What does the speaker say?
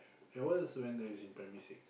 that was when I was in primary thing